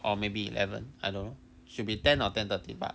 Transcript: or maybe eleven I don't know should be ten or ten thirty 吧